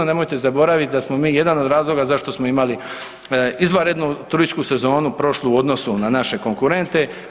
Nemojte zaboraviti da smo mi jedan od razloga zašto smo imali izvanrednu turističku sezonu prošlu u odnosu na naše konkurente.